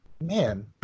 man